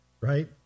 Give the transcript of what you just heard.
right